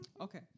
Okay